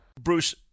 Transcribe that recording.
Bruce